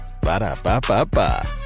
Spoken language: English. Ba-da-ba-ba-ba